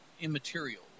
immaterial